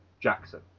Jackson